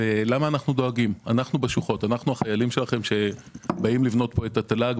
למה אנו דואגים אנחנו החיילים שלכם שבאים לבנות פה את התל"ג,